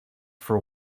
for